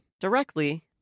directly